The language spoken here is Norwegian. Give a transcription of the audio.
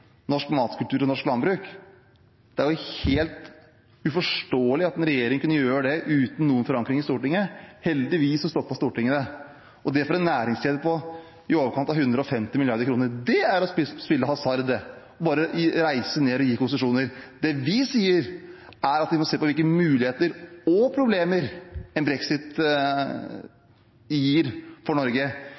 norsk matkultur og norsk landbruk. Det er helt uforståelig at en regjering kunne gjøre det uten noen forankring i Stortinget. Heldigvis stoppet Stortinget det – og det for en næringskjede på i overkant av 150 mrd. kr. Det er å spille hasard, det, bare reise ned og gi konsesjoner. Det vi sier, er at vi må se på hvilke muligheter – og problemer – brexit gir for Norge,